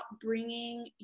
bringing